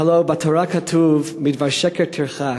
הלוא בתורה כתוב "מדבר שקר תרחק",